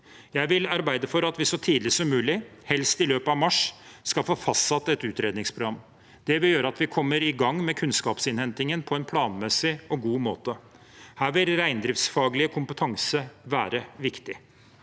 Jeg vil arbeide for at vi så tidlig som mulig, helst i løpet av mars, skal få fastsatt et utredningsprogram. Det vil gjøre at vi kommer i gang med kunnskapsinnhentingen på en planmessig og god måte. Her vil reindriftsfaglig kompetanse være viktig.